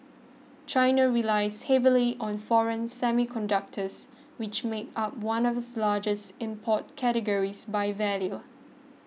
China relies heavily on foreign semiconductors which make up one of its largest import categories by value